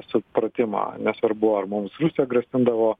supratimą nesvarbu ar mums rusija grasindavo